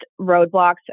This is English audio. roadblocks